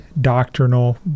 doctrinal